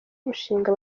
umushinga